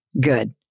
Good